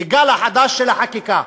לגל החדש של חקיקה,